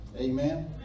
Amen